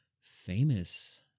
famous